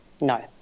No